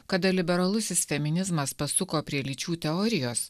kada liberalusis feminizmas pasuko prie lyčių teorijos